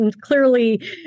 clearly